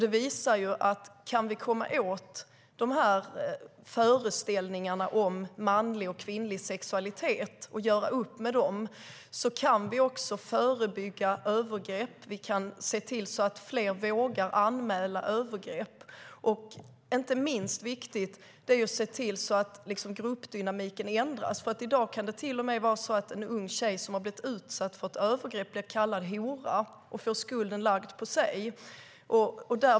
Det visar att om vi kan komma åt föreställningarna om manlig och kvinnlig sexualitet och göra upp med dem, kan vi också förebygga övergrepp. Vi kan se till att fler vågar anmäla övergrepp. Inte minst är det viktigt att se till att gruppdynamiken ändras. I dag kan det till och med vara så att en ung tjej som har blivit utsatt för ett övergrepp blir kallad hora och får skulden lagd på sig.